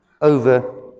over